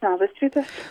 labas rytas